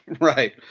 Right